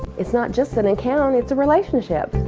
it's not just an account, it's a relationship.